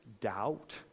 doubt